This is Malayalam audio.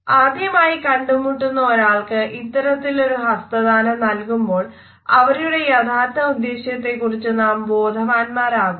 ആദ്യമായി കണ്ടുമുട്ടുന്ന ഒരാൾക്ക് ഇത്തരത്തിലൊരു ഹസ്തദാനം നൽകുമ്പോൾ അവരുടെ യഥാർത്ഥ ഉദേശത്തെക്കുറിച്ചു നാം ബോധവാന്മാരാകുന്നു